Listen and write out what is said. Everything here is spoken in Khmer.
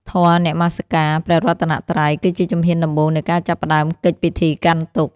ធម៌នមស្ការព្រះរតនត្រ័យ គឺជាជំហានដំបូងនៃការចាប់ផ្ដើមកិច្ចពិធីកាន់ទុក្ខ។